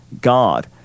God